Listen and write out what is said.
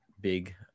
big